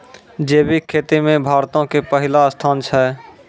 जैविक खेती मे भारतो के पहिला स्थान छै